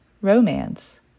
romance